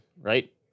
right